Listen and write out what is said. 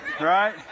right